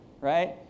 Right